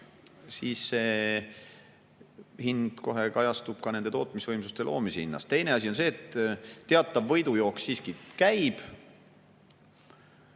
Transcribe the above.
siis see hind kajastub kohe ka nende tootmisvõimsuste loomise hinnas. Teine asi on see, et teatav võidujooks siiski käib.